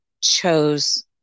chose